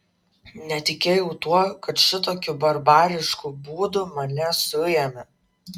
netikėjau tuo kad šitokiu barbarišku būdu mane suėmę